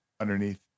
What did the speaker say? underneath